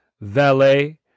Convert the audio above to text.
valet